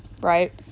Right